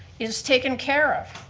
is taken care of.